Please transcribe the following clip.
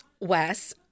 Wes